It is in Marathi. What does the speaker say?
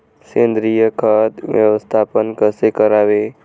सेंद्रिय खत व्यवस्थापन कसे करावे?